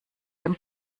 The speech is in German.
dem